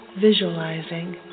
visualizing